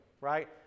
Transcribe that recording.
right